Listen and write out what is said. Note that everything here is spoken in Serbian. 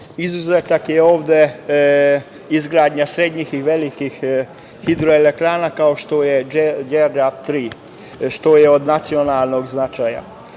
Izuzetak je ovde izgradnja srednjih i velikih hidroelektrana, kao što je Đerdap III, što je od nacionalnog značaja. Jedna